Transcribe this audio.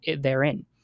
therein